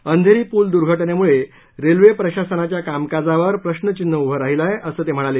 अंधेरी पूल दुर्घटनेमुळे रेल्वे प्रशासनाच्या कामकाजावर प्रश्नचिन्ह उभं राहिलं आहे असं ते म्हणाले